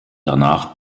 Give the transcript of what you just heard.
danach